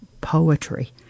poetry